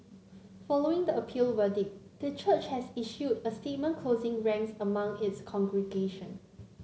following the appeal verdict the church has issued a statement closing ranks among its congregation